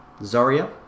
Zarya